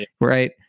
Right